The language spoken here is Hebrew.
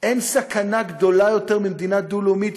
אין סכנה גדולה יותר ממדינה דו-לאומית.